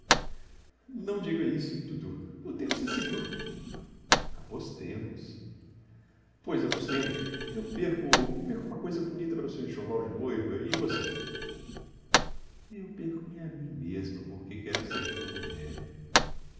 não diga isso dudu o tempo está seguro apostemos pois apostemos eu perco perco uma coisa bonita para o seu enxoval de noiva e você eu perco-me a mim mesma porque quero ser tua mulher